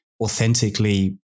authentically